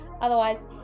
Otherwise